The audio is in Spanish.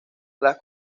las